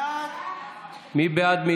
מי בעד?